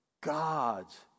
God's